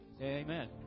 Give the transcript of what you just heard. Amen